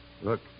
Look